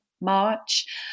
March